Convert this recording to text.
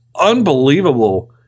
unbelievable